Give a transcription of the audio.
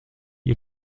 ihr